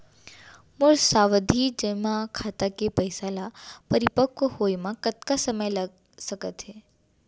मोर सावधि जेमा खाता के पइसा ल परिपक्व होये म कतना समय लग सकत हे?